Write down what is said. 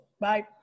Bye